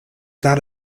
that